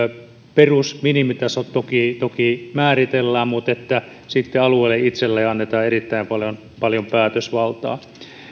perus minimitasot toki toki määritellään mutta sitten alueelle itselleen annetaan erittäin paljon paljon päätösvaltaa